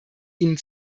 ihnen